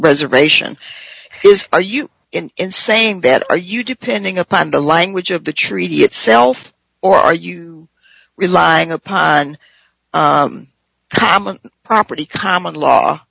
reservation is are you saying that are you depending upon the language of the treaty itself or are you relying upon common property common law